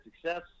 success